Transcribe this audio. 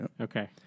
Okay